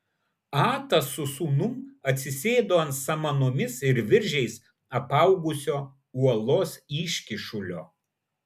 atas su sūnum atsisėdo ant samanomis ir viržiais apaugusio uolos iškyšulio